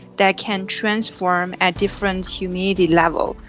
that can transform at different humidity levels.